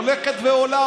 היא הולכת ועולה,